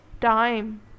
time